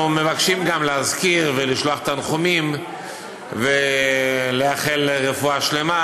אנחנו מבקשים גם להזכיר ולשלוח תנחומים ולאחל רפואה שלמה.